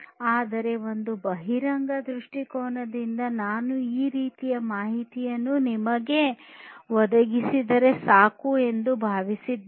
ಆದರೆ ಒಂದು ಬಹಿರಂಗ ದೃಷ್ಟಿಕೋನದಿಂದ ನಾನು ಈ ರೀತಿಯ ಮಾಹಿತಿಯನ್ನು ನಾನು ನಿಮಗೆ ಒದಗಿಸಿದರೆ ಸಾಕು ಎಂದು ಭಾವಿಸುತ್ತೇನೆ